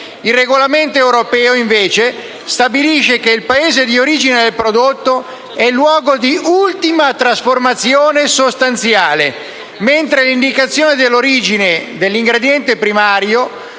il regolamento europeo invece stabilisce che il Paese di origine del prodotto è il luogo di ultima trasformazione sostanziale, mentre l'indicazione dell'origine dell'ingrediente primario